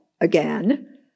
again